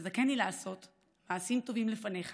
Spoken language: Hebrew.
שתזכני לעשות מעשים טובים לפניך